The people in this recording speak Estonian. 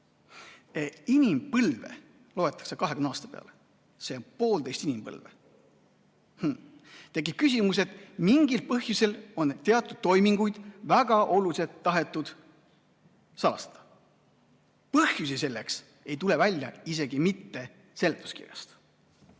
Inimpõlve loetakse 20 aasta peale, see on poolteist inimpõlve. Tekib küsimus, et mingil põhjusel on teatud toiminguid tahetud väga oluliselt salastada. Põhjused selleks ei tule välja isegi mitte seletuskirjast.